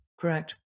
correct